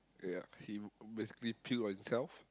yeah he basically puke on himself